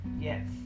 Yes